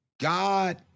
God